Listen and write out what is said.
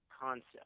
concept